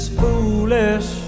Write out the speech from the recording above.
foolish